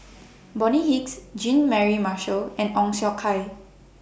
Bonny Hicks Jean Mary Marshall and Ong Siong Kai